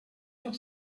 sur